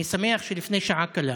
אני שמח שלפני שעה קלה